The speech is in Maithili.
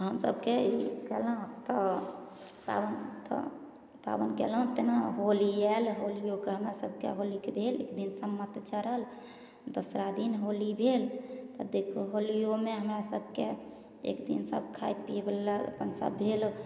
हमसभ के कएलहुँ तऽ पाबनि तऽ पाबनि कएलहुँ तेना होली आएल होलिओके हमरासभकेँ होलिओके भेल एक दिन सम्मत जड़ल दोसरा दिन होली भेल तऽ देखू होलिओमे हमरासभकेँ एकदिन सब खाइ पिएवला अपन सब भेल